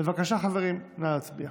בבקשה, חברים, נא להצביע.